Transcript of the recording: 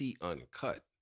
Uncut